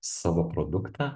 savo produktą